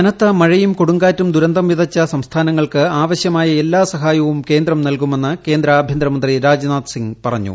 കനത്ത മഴയും കൊടുങ്കാറ്റും ദുരന്തം വിതച്ച സംസ്ഥാനങ്ങൾക്ക് ആവശ്യമായ എല്ലാ സഹായവും കേന്ദ്രം നൽകുമെന്ന് കേന്ദ്ര ആഭ്യന്തരമന്ത്രി രാജ്നാഥ് സിംഗ് പറഞ്ഞു